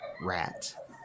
rat